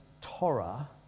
Torah